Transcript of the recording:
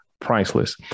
priceless